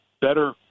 better